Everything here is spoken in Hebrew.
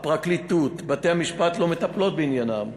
הפרקליטות, בתי-המשפט, לא מטפלות בעניינם.